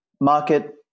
market